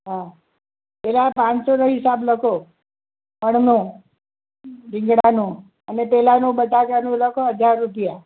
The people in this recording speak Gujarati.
હા પહેલાં પાંચસોનો હિસાબ લખો મણનો રીંગણાનો અને પેલાનો બટાકાનો લખો હજાર રૂપિયા